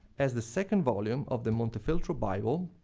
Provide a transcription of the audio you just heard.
as the second volume of the montefeltro bible,